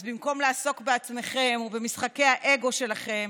אז במקום לעסוק בעצמכם ובמשחקי האגו שלכם,